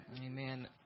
Amen